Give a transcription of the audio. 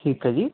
ਠੀਕ ਹੈ ਜੀ